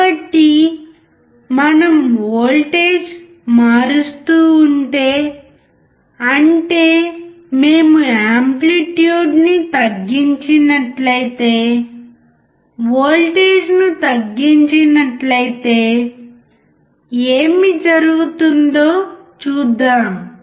కాబట్టి మనం వోల్టేజ్ మారుస్తూ ఉంటే అంటే మేము ఆంప్లిట్యూడ్నీ తగ్గించినట్లయితే వోల్టేజ్ను తగ్గించినట్లయితే ఏమి జరుగుతుందో చూద్దాం